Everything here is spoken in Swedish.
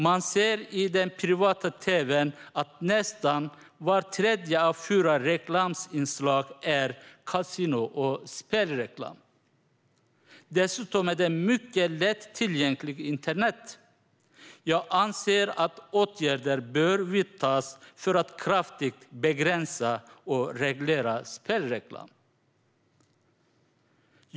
Man ser i den privata tv:n att nästan vart tredje reklaminslag är kasino och spelreklam. Dessutom är den mycket lätt tillgänglig på internet. Jag anser att åtgärder bör vidtas för att kraftigt begränsa och reglera spelreklamen.